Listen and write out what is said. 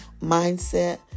mindset